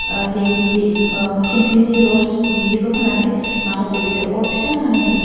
थिंख्लि थिंख्लिनि रस बिदिखौ होनानै माखासे बिसोर अर फिसा होनानै